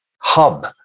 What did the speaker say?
hub